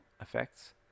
effects